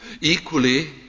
equally